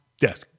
Yes